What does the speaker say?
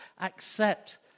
accept